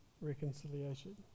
reconciliation